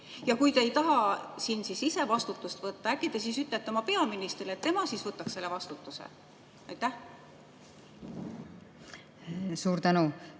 Ja kui te ei taha siin ise vastutust võtta, äkki te siis ütlete peaministrile, et tema võtaks selle vastutuse? Aitäh,